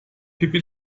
pippi